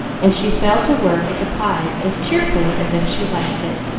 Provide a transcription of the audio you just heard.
and she fell to work at the pies as cheerfully as if she liked it.